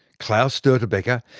klaus stortebeker,